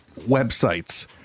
websites